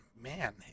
Man